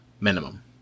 minimum